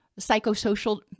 psychosocial